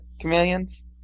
chameleons